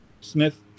Smith